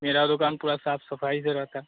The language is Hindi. मेरा दुकान पूरा साफ सफाई से रहता है